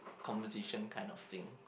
composition kind of thing